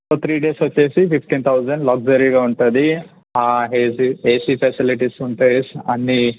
so three days వచ్చి fifteen thousand లగ్జరీగా ఉంటుంది ఏసీ ఏసీ ఫెసిలిటీస్ ఉంటాయి వేసిన అన్నీ